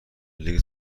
لیگ